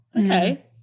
Okay